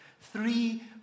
Three